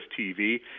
TV